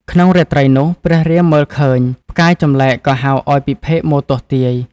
ក្នុងរាត្រីនោះ ព្រះរាមមើលឃើញ ផ្កាយចម្លែកក៏ហៅឱ្យពិភេកមកទស្សន៍ទាយ។